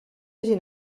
gent